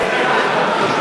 אולי אדוני יגיד את זה בעברית,